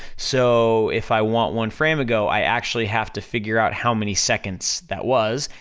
so if i want one frame ago, i actually have to figure out how many seconds that was,